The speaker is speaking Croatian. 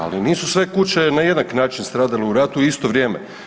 Ali nisu sve kuće na jednak način stradale u ratu u isto vrijeme.